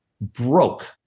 broke